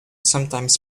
sometimes